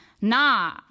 Nah